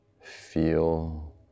Feel